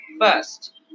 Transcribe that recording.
First